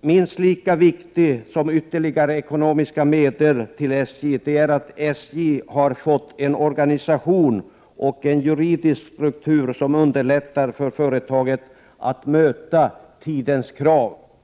Minst lika viktigt som ytterligare ekonomiska medel till SJ är det faktum att SJ nu har fått en organisation och en juridisk struktur som gör det lättare för företaget att möta tidens krav.